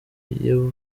bagiye